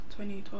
2012